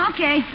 Okay